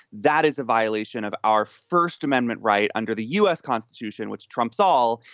that is a violation of our first amendment right under the u s. constitution, which trumps all,